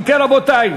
אם כן, רבותי,